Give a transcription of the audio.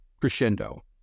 crescendo